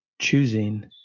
choosing